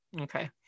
Okay